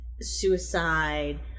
suicide